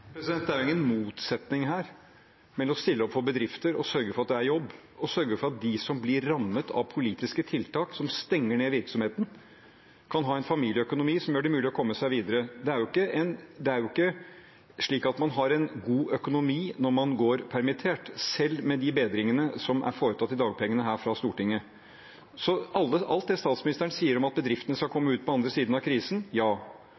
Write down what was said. Det er jo ingen motsetning her mellom å stille opp for bedrifter og sørge for at det er jobb, og å sørge for at de som blir rammet av politiske tiltak som stenger ned virksomheten, kan ha en familieøkonomi som gjør det mulig å komme seg videre. Det er jo ikke slik at man har en god økonomi når man går permittert, selv med de bedringene som er foretatt i dagpengene her fra Stortinget. Så alt det statsministeren sier om at bedriftene skal komme ut på andre siden av krisen, ja,